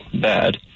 bad